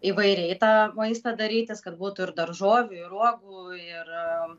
įvairiai tą maistą darytis kad būtų ir daržovių ir uogų ir